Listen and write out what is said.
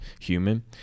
human